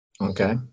Okay